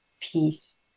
peace